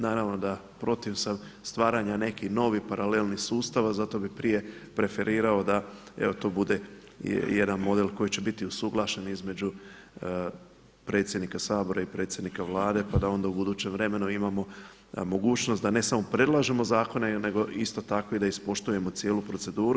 Naravno da protiv sam stvaranja nekih novih paralelnih sustava, zato bih prije preferirao da evo to bude i jedan model koji će biti usuglašen između predsjednika Sabora i predsjednika Vlade, pa da onda u budućem vremenu imamo mogućnost da ne samo predlažemo zakone nego isto tako da ispoštujemo cijelu proceduru.